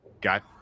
got